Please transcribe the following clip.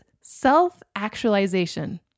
self-actualization